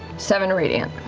seven radiant.